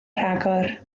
rhagor